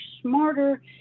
smarter